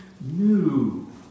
new